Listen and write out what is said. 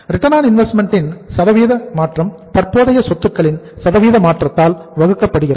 ROI இன் சதவீத மாற்றம் தற்போதைய சொத்துக்களின் சதவீத மாற்றத்தால் வகுக்கப்படுகிறது